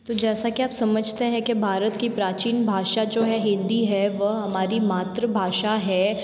तो जैसा कि आप समझते हैं कि भारत की प्राचीन भाषा जो है हिंदी है वह हमारी मातृभाषा है